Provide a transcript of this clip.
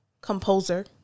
composer